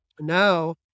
Now